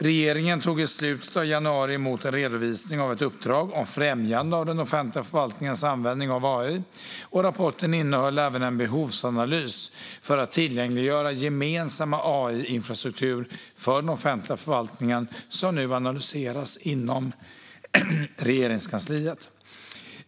Regeringen tog i slutet av januari emot en redovisning av ett uppdrag om främjande av den offentliga förvaltningens användning av AI. Rapporten innehöll även en behovsanalys för att tillgängliggöra gemensam AI-infrastruktur för den offentliga förvaltningen som nu analyseras inom Regeringskansliet.